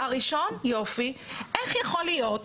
כמה אוניברסיטאות